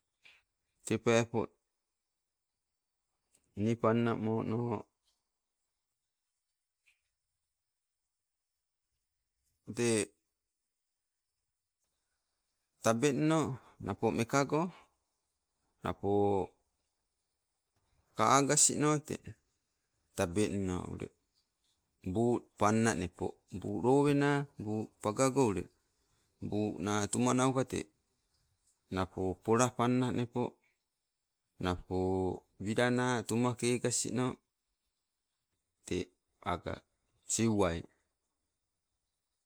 Tee peepo ni panna mono, tee tabeng no napo mekago, napo kagasno tee, tabengno ule. Buu panna nepo, buu lowena, buu pagago ule, buu na tumanauuka tee. Napo pola panna nepo, napo wila na tuma kegasno tee agaa siuwai.